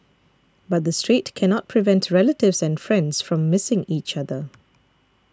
but the Strait cannot prevent relatives and friends from missing each other